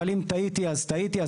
אבל אם טעיתי אז טעיתי,